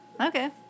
Okay